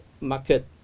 market